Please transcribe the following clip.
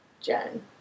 Jen